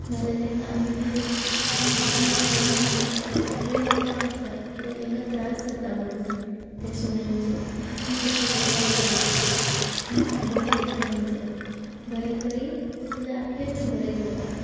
नाल्या तांकां आनी किदें वीख बीन घालून अशें मारपाक जाय थोडीं लोकां करतात कित्याक तांकां त्रास जाता म्हणून ते सुण्याचो पण तशें करपाक जायना तुमी बरें कर्म जाय बरें करी जाल्यार आपलें बीन बरें जाता